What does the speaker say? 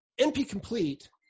NP-complete